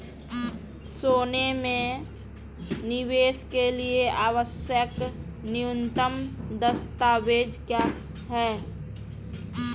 सोने में निवेश के लिए आवश्यक न्यूनतम दस्तावेज़ क्या हैं?